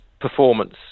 performance